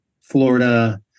Florida